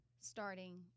starting